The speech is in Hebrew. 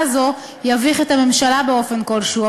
הזו היום תביך את הממשלה באופן כלשהו.